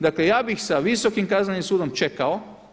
Dakle, ja bih sa Visokim kaznenim sudom čekao.